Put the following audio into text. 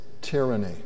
tyranny